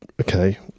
Okay